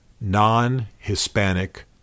non-Hispanic